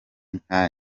nka